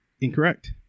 Incorrect